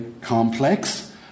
complex